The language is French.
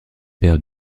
paires